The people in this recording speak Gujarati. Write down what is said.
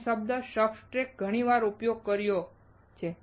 મેં આ શબ્દ સબસ્ટ્રેટ ઘણી વાર ઉપયોગ કર્યો છે